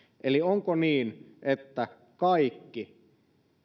eli onko niin että kaikki